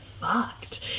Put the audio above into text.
fucked